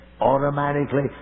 automatically